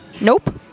Nope